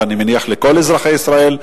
ואני מניח למען כל אזרחי ישראל.